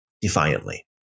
defiantly